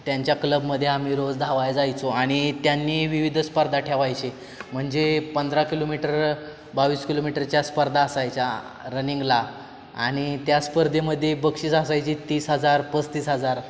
त्यांच्या क्लबमध्ये आम्ही रोज धावायला जायचो आणि त्यांनी विविध स्पर्धा ठेवायचे म्हणजे पंधरा किलोमीटर बावीस किलोमीटरच्या स्पर्धा असायच्या रनिंगला आणि त्या स्पर्धेमध्ये बक्षीसं असायची तीस हजार पस्तीस हजार